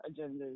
agendas